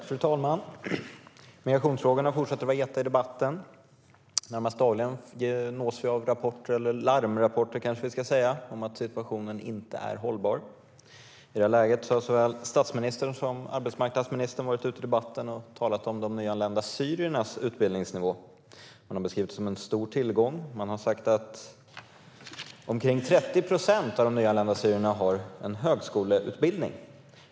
Fru talman! Migrationsfrågorna fortsätter vara heta i debatten. Närmast dagligen nås vi av rapporter - eller larmrapporter, kanske vi ska säga - om att situationen inte är hållbar. I det här läget har såväl statsministern som arbetsmarknadsministern varit ute i debatten och talat om de nyanlända syriernas utbildningsnivå. Den har beskrivits som en stor tillgång, och man har sagt att omkring 30 procent av de nyanlända syrierna har en högskoleutbildning.